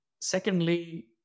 secondly